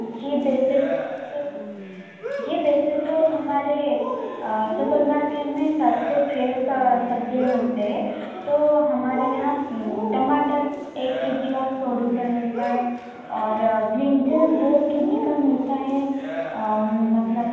जी वैसे तो जी वैसे तो हमारे सुपर मार्केट में सब से फेस सब्ज़ियाँ मिलती हैं तो हमारे यहाँ टमाटर एक के जी का सौ रुपये मिलता है और ब्रिंजल दो के जी का मिलता है मतलब